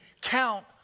count